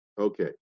Okay